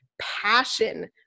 passion